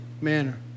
manner